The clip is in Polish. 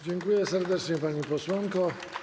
Dziękuję serdecznie, pani posłanko.